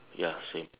ya same